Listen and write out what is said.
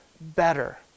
better